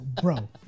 Bro